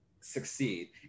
succeed